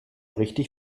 richtig